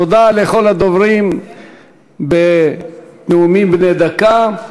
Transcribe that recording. תודה לכל הדוברים בנאומים בני דקה.